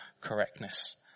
correctness